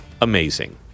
amazing